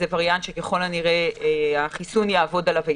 זה וריאנט שככל הנראה החיסון יעבוד עליו היטב,